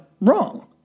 wrong